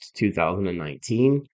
2019